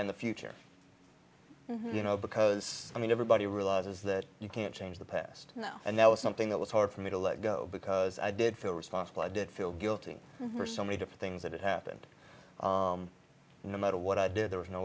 and the future you know because i mean everybody realizes that you can't change the past you know and that was something that was hard for me to let go because i did feel responsible i did feel guilty for so many different things that happened no matter what i did there was no